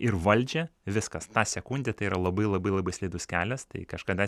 ir valdžią viskas tą sekundę tai yra labai labai labai slidus kelias tai kažkada